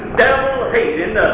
devil-hating